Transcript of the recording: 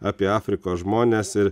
apie afrikos žmones ir